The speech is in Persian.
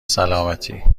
سالمتی